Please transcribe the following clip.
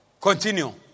Continue